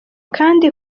kandi